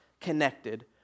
connected